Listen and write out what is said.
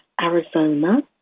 Arizona